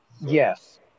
Yes